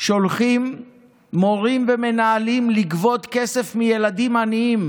שולחים מורים ומנהלים לגבות כסף מילדים עניים,